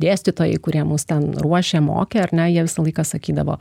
dėstytojai kurie mus ten ruošė mokė ar ne jie visą laiką sakydavo